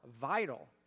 vital